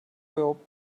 überhaupt